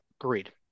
Agreed